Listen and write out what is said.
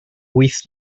wyth